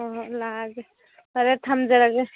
ꯍꯣꯏ ꯍꯣꯏ ꯂꯥꯛꯑꯒꯦ ꯐꯔꯦ ꯊꯝꯖꯔꯒꯦ